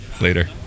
Later